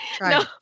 No